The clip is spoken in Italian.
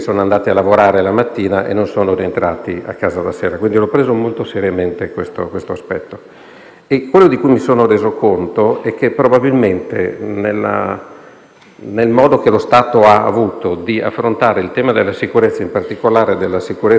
Lo Stato non ha la stessa attenzione nel chiedere a se stesso quello che chiede, ad esempio, ad un soggetto privato, quindi diversi luoghi della cultura non sono a posto dal punto di vista della sicurezza. Cominciamo a partire da questo. Questa